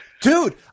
Dude